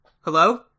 Hello